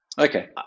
Okay